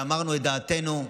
ואמרנו את דעתנו,